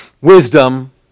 wisdom